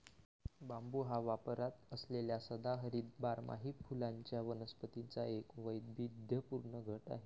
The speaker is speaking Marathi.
बांबू हा वापरात असलेल्या सदाहरित बारमाही फुलांच्या वनस्पतींचा एक वैविध्यपूर्ण गट आहे